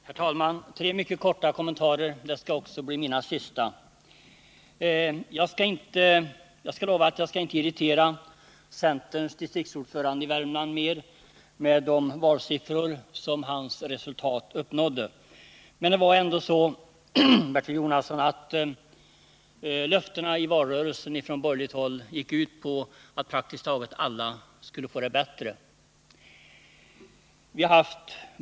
Herr talman! Tre mycket korta kommentarer — det skall också bli mina sista. Jag lovar att jag inte skall irritera centerns distriktsordförande i Värmland mera med de valsiffror som hans parti uppnådde, men det var ändå så, Bertil Jonasson, att löftena i valrörelsen från borgerligt håll gick ut på att praktiskt taget alla skulle få det bättre.